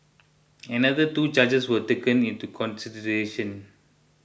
another two charges were taken into consideration